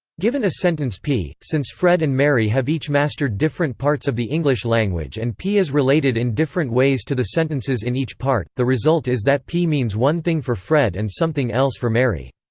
given a sentence p, since fred and mary have each mastered different parts of the english language and p is related in different ways to the sentences in each part, the result is that p means one thing for fred and something else for mary.